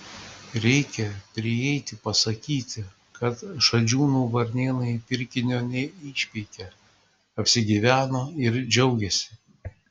reikia prieiti pasakyti kad šadžiūnų varnėnai pirkinio neišpeikė apsigyveno ir džiaugiasi